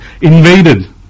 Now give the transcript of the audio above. invaded